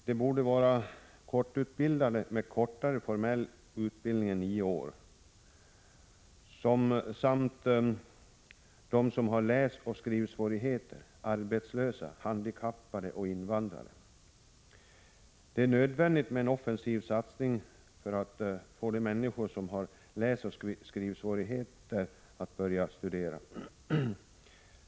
Det borde vara korttidsutbildade med kortare formell utbildning än nio år samt de som har läsoch skrivsvårigheter, arbetslösa, handikappade och invandrare. Det är nödvändigt med en offensiv satsning för att få de människor som har läsoch skrivsvårigheter att börja studera.